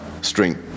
string